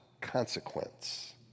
consequence